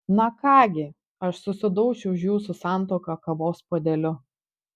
na ką gi aš susidaušiu už jūsų santuoką kavos puodeliu